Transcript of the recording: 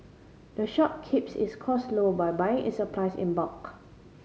the shop keeps its cost low by buying its supplies in bulk